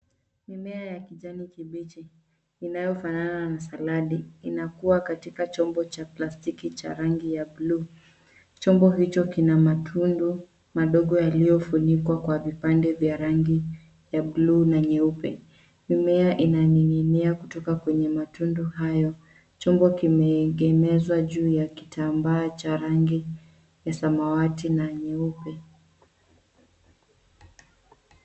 Mimea ya kijani kibichi inayofanana na saladi, inakua katika chombo cha plastiki cha rangi ya bluu. Chombo hicho kina matundu madogo yaliyofunikwa kwa vipande vya rangi ya bluu na nyeupe. Mimea inaning'inia kutoka kwenye matundu hayo. Chombo kimeegemezwa juu ya kitambaa cha rangi ya samawati na nyeupe.